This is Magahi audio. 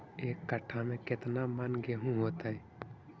एक कट्ठा में केतना मन गेहूं होतै?